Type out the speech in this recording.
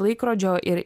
laikrodžio ir